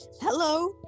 hello